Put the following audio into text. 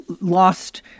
lost